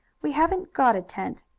we haven't got a tent.